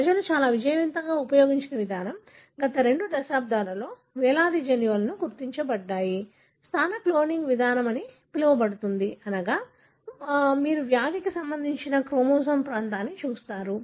ప్రజలు చాలా విజయవంతంగా ఉపయోగించిన విధానం గత రెండు దశాబ్దాలలో వేలాది జన్యువులు గుర్తించబడ్డాయి స్థాన క్లోనింగ్ విధానం అని పిలువబడుతుంది అనగా మీరు వ్యాధికి సంబంధించిన క్రోమోజోమ్ ప్రాంతాన్ని చూస్తారు